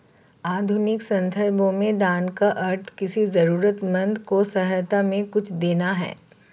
आधुनिक सन्दर्भों में दान का अर्थ किसी जरूरतमन्द को सहायता में कुछ देना है